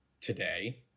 today